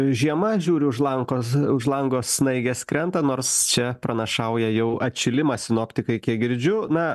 žiema žiūriu už lankos už lango snaigės krenta nors čia pranašauja jau atšilimą sinoptikai kiek girdžiu na